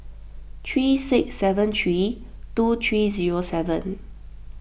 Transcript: three six seven three two three zero seven